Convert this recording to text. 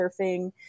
surfing